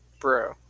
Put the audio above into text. bro